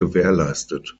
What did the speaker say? gewährleistet